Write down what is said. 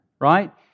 right